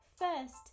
First